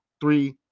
three